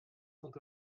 sont